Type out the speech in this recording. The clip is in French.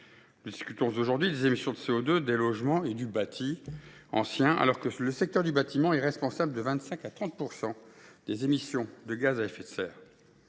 Nous débattons aujourd’hui des émissions de CO2 des logements et du bâti anciens, alors que le secteur du bâtiment est responsable de 25 % à 30 % des émissions de gaz à effet de serre.